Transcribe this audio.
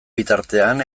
bitartean